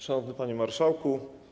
Szanowny Panie Marszałku!